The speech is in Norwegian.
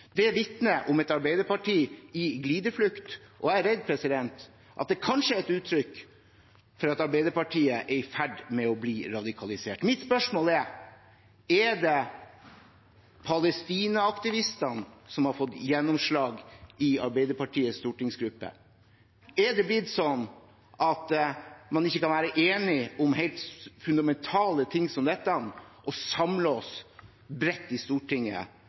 Det vitner om et Arbeiderparti i glideflukt, og jeg er redd for at det kanskje er et uttrykk for at Arbeiderpartiet er i ferd med å bli radikalisert. Mitt spørsmål er: Er det palestinaaktivistene som har fått gjennomslag i Arbeiderpartiets stortingsgruppe? Er det blitt sånn at man ikke kan være enige om helt fundamentale ting som dette og samle seg bredt i Stortinget